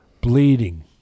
bleeding